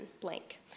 blank